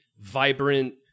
vibrant